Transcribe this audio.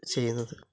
ചെയ്യുന്നത്